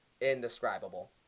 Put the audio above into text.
indescribable